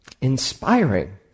inspiring